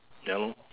ya lor